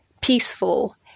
peaceful